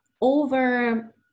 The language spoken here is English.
over